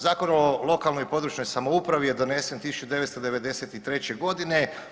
Zakon o lokalnoj i područnoj samoupravi je donesen 1993. godine.